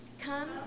come